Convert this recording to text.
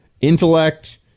intellect